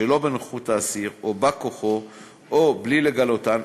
שלא בנוכחות האסיר או בא-כוחו או בלי לגלותן,